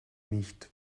nicht